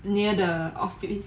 near the office